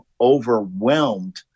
overwhelmed